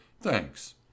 Thanks